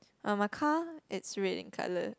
uh my car is red in colour